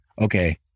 okay